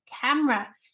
camera